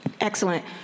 Excellent